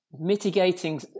mitigating